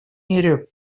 мере